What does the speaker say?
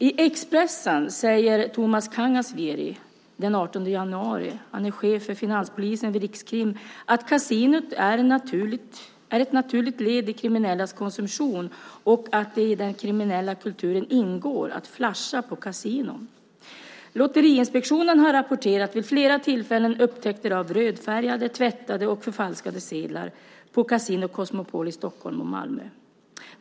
I Expressen säger Tommy Kangasvieri, chef för finanspolisen vid Rikskriminalpolisen, den 18 januari att kasinot är ett naturligt led i kriminellas konsumtion och att det i den kriminella kulturen ingår att "flasha" på kasinon. Lotteriinspektionen har vid flera tillfällen rapporterat upptäckter av rödfärgade, tvättade och förfalskade sedlar på Casino Cosmopol i Stockholm och i Malmö.